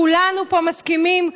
כולנו פה מסכימים,